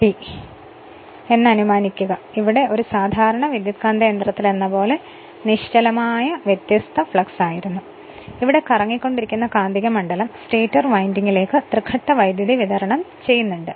എന്നാൽ ഇവിടെ അത് ഒരു സാധാരണ ട്രാൻസ്ഫോമറിലെന്നപോലെ നിശ്ചലമായ വ്യത്യസ്ത ഫ്ലക്സ് ആയിരുന്നു ഇവിടെ കറങ്ങിക്കൊണ്ടിരിക്കുന്ന കാന്തികമണ്ഡലം സ്റ്റേറ്റർ വിൻഡിങ്ങിലേക്ക് തൃഘട്ട വൈദ്യുതി വിതരണം നൽകുന്നുണ്ട്